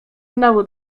znowu